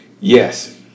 Yes